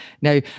Now